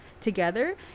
together